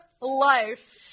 life